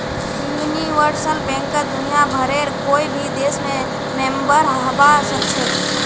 universal बैंकत दुनियाभरेर कोई भी देश मेंबर हबा सखछेख